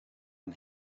een